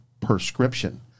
prescription